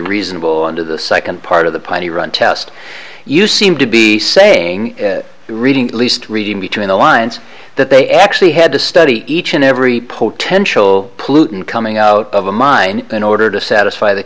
reasonable under the second part of the plan to run tests you seem to be saying reading at least reading between the lines that they actually had to study each and every potential pollutant coming out of a mine in order to satisfy the